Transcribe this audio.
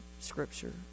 scripture